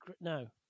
No